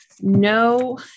no